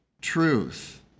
truth